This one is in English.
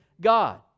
God